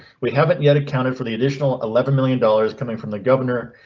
we haven't yet accounted for the additional eleven million dollars coming from the governor,